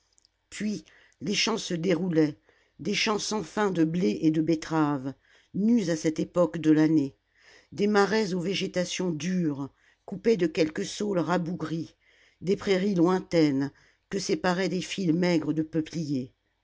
puis les champs se déroulaient des champs sans fin de blé et de betteraves nus à cette époque de l'année des marais aux végétations dures coupés de quelques saules rabougris des prairies lointaines que séparaient des files maigres de peupliers